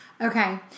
Okay